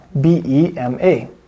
B-E-M-A